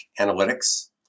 analytics